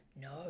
No